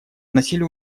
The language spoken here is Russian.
носили